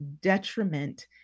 detriment